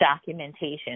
documentation